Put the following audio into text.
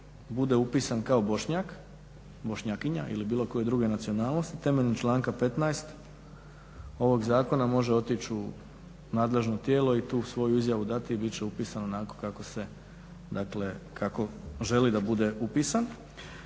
bude upisan kao Bošnjak, Bošnjakinja ili bilo koje druge nacionalnosti, temeljem članka 15.ovog zakona može otić u nadležno tijelo i tu svoju izjavu dati i bit će upisan onako kao se, dakle kako